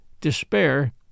despair